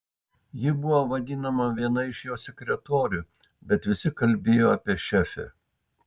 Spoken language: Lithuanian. ji buvo vadinama viena iš jo sekretorių bet visi kalbėjo apie šefę